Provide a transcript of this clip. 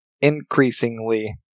increasingly